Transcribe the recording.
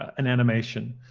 an animation.